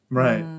right